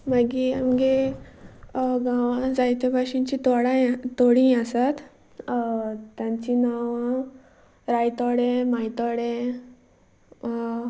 मागीर आमच्या गांवां जायते भाशेची तोडां तोडी आसात तांचीं नांवां रायतोडे मायतोडे